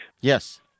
Yes